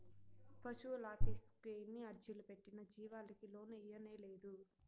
పశువులాఫీసుకి ఎన్ని అర్జీలు పెట్టినా జీవాలకి లోను ఇయ్యనేలేదు